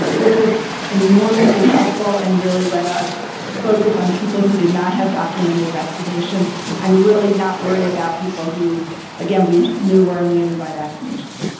which was enormously helpful and really let us focus on people who did not have documented vaccination and really not worry about people who again we knew were immune by vaccination.